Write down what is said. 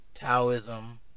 Taoism